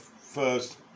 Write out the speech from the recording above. first